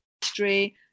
history